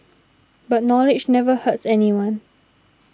but knowledge never hurts anyone